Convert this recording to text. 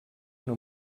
una